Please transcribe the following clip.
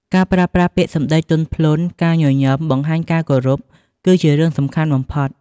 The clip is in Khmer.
ការប្រើប្រាស់ពាក្យសម្ដីទន់ភ្លន់ ការញញឹម បង្ហាញការគោរព គឺជារឿងសំខាន់បំផុត។